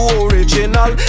original